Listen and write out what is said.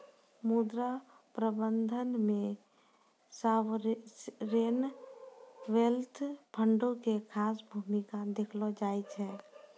मुद्रा प्रबंधन मे सावरेन वेल्थ फंडो के खास भूमिका देखलो जाय छै